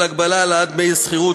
הגבלה על העלאת דמי השכירות),